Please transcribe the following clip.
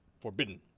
forbidden